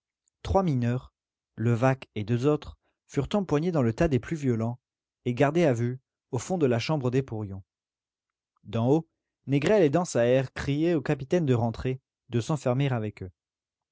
trois mineurs levaque et deux autres furent empoignés dans le tas des plus violents et gardés à vue au fond de la chambre des porions d'en haut négrel et dansaert criaient au capitaine de rentrer de s'enfermer avec eux